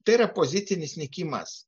tai yra pozicinis nykimas